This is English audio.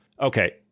okay